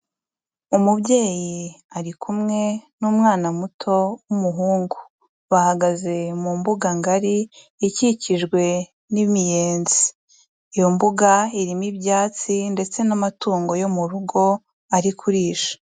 Umubyeyi ari kumwe n'umwana muto w'umuhungu, bahagaze mu mbuga ngari ikikijwe n'imiyenzi, iyo mbuga irimo ibyatsi ndetse n'amatungo yo mu rugo ari kurisha.